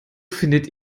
findet